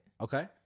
Okay